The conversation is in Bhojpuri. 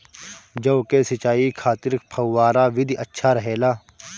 जौ के सिंचाई खातिर फव्वारा विधि अच्छा रहेला?